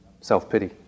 self-pity